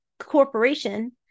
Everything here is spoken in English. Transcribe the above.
corporation